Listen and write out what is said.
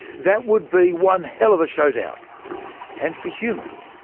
that would be one hell of a showdown and for humans,